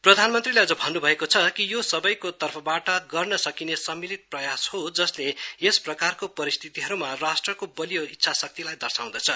प्रधानमन्त्रीले अझ भन्नुभएको छ कि यो सबैको तर्फबाट गर्न सकिने सम्मिलित प्रयास हो जसले यस प्रकारको परिस्थितिहरूमा राष्ट्रको बलियो इच्छाशक्तिलाई दर्शाउनेछ